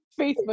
Facebook